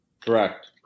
Correct